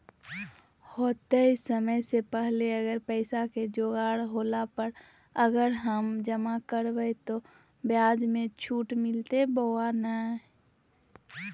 होतय समय से पहले अगर पैसा के जोगाड़ होला पर, अगर हम जमा करबय तो, ब्याज मे छुट मिलते बोया नय?